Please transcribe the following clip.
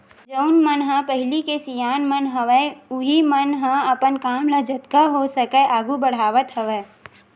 जउन मन ह पहिली के सियान मन हवय उहीं मन ह अपन काम ल जतका हो सकय आघू बड़हावत हवय